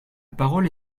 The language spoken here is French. parole